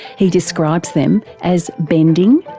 he describes them as bending,